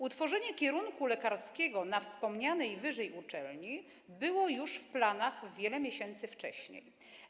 Utworzenie kierunku lekarskiego na wspomnianej wyżej uczelni było już w planach wiele miesięcy wcześniej.